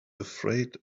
afraid